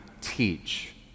teach